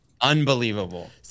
unbelievable